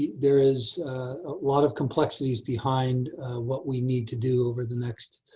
there is a lot of complexities behind what we need to do over the next